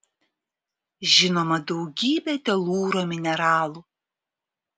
žinoma daugybė telūro mineralų